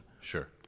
Sure